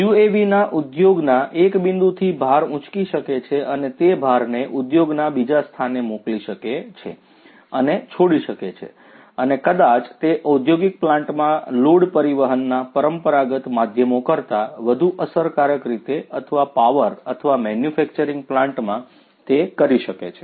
UAVs ઉદ્યોગના એક બિંદુથી ભાર ઉંચકી શકે છે અને તે ભારને ઉદ્યોગના બીજા સ્થાને મોકલી શકે છે અને છોડી શકે છે અને કદાચ તે ઔંદ્યોગિક પ્લાન્ટમાં લોડ પરિવહનના પરંપરાગત માધ્યમો કરતા વધુ અસરકારક રીતે અથવા પાવર અથવા મેન્યુફેક્ચરિંગ પ્લાન્ટમાં તે કરી શકે છે